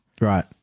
right